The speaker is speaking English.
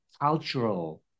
cultural